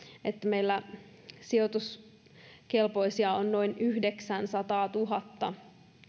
että meillä sijoituskelpoisia on noin yhdeksänsataatuhatta